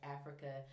africa